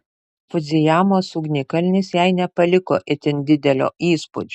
fudzijamos ugnikalnis jai nepaliko itin didelio įspūdžio